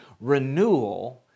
renewal